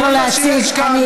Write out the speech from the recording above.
כל מה שיש כאן, נא לא להציג.